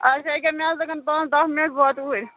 آچھا ییٚکیٛاہ مےٚ حظ لَگن پانٛژھ دَہ مِنَٹ بہٕ واتہٕ اوٗرۍ